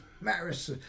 Maris